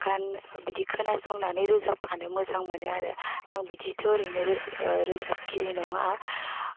गान बिदि खोनासंनानै रोजाबफानो मोजां मोनो आरो आं बिदिथ' ओरैनो रोजाबगिरि नङा